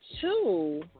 two